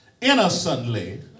innocently